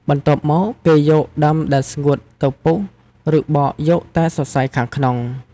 បន្ទាប់មកគេយកដើមដែលស្ងួត ទៅពុះ ឬបកយកតែសរសៃខាងក្នុង។